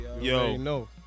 Yo